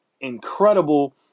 incredible